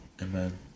Amen